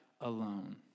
alone